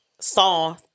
song